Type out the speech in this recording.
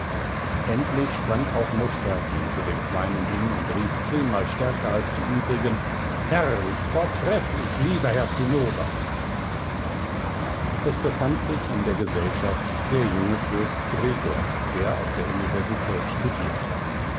endlich sprang auch mosch terpin zu dem kleinen hin und rief zehnmal stärker als die übrigen herrlich vortrefflich lieber herr zinnober es befand sich in der gesellschaft der junge fürst gregor der auf der universität studierte